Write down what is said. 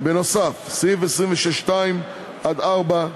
סעיף 26(2) (4),